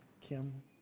Kim